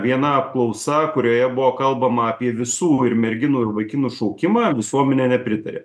viena apklausa kurioje buvo kalbama apie visų ir merginų ir vaikinų šaukimą visuomenė nepritarė